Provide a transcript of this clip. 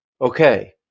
Okay